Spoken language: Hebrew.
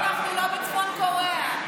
בכל זאת אנחנו לא בצפון קוריאה.